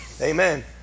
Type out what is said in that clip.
Amen